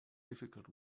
difficult